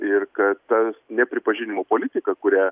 ir kad tas nepripažinimo politika kurią